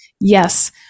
Yes